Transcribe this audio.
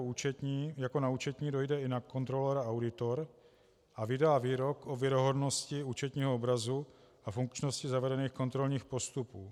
Stejně jako na účetní dojde i na kontrolora auditor a vydá výrok o věrohodnosti účetního obrazu a funkčnosti zavedených kontrolních postupů.